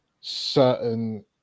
certain